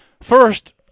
First